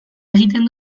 egiten